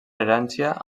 herència